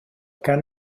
cant